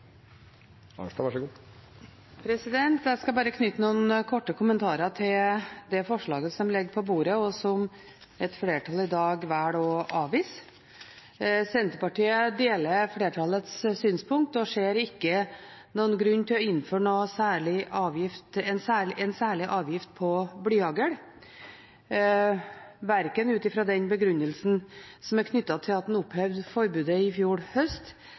Jeg skal bare knytte noen korte kommentarer til det forslaget som ligger på bordet, og som et flertall i dag velger å avvise. Senterpartiet deler flertallets synspunkt og ser ikke noen grunn til å innføre en særlig avgift på blyhagl, verken ut fra den begrunnelsen som er knyttet til at en opphevet forbudet i fjor,